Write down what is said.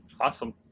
Awesome